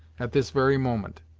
at this very moment!